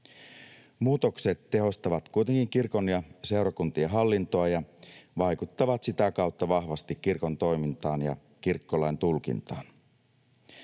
Muutokset tehostavat kuitenkin kirkon ja seurakuntien hallintoa ja vaikuttavat sitä kautta vahvasti kirkon toimintaan ja kirkkolain tulkintaan.